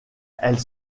elles